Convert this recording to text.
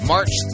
March